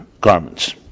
garments